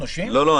לא, לא.